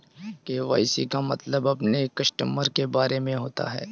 KYC का मतलब अपने कस्टमर के बारे में होता है